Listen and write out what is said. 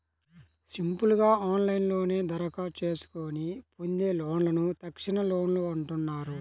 simple గా ఆన్లైన్లోనే దరఖాస్తు చేసుకొని పొందే లోన్లను తక్షణలోన్లు అంటున్నారు